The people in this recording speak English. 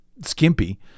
skimpy